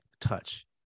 touch